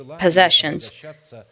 possessions